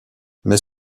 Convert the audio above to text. mais